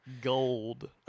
gold